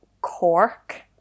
Cork